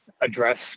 address